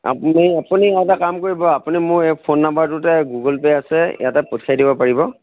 আপুনি আপুনি এটা কাম কৰিব আপুনি মোৰ এই ফোন নম্বৰটোতে গুগল পে' আছে ইয়াতে পঠিয়াই দিব পাৰিব